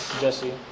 Jesse